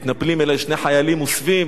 מתנפלים עלי שני חיילים מוסווים,